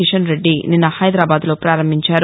కిషన్రెడ్డి నిన్న హైదరాబాద్లో ప్రారంభించారు